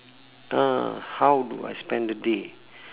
uh how do I spend the day